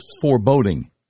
foreboding